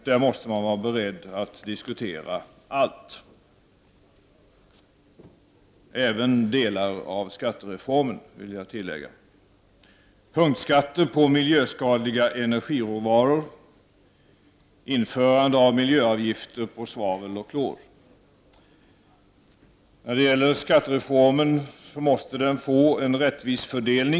Då måste man vara beredd att diskutera allt, även delar av skattereformen, vill jag tilllägga — punktskatter på miljöskadliga energiråvaror och införande av miljöavgifter på svavel och klor. Skattereformen måste få en rättvis fördelning.